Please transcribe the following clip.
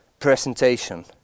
presentation